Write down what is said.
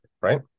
Right